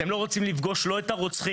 אתם לא רוצים לפגוש לא את הרוצחים,